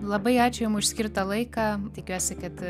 labai ačiū jum už skirtą laiką tikiuosi kad